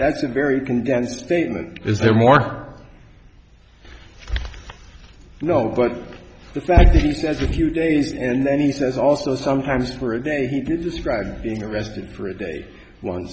that's a very condensed statement is there more you know but the fact that he says a few days and then he says also sometimes for a day he did describe being arrested for a day once